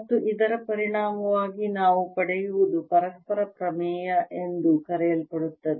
ಮತ್ತು ಇದರ ಪರಿಣಾಮವಾಗಿ ನಾವು ಪಡೆಯುವುದು ಪರಸ್ಪರ ಪ್ರಮೇಯ ಎಂದು ಕರೆಯಲ್ಪಡುತ್ತದೆ